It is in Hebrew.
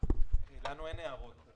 לנו אין הערות.